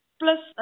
plus